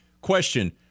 Question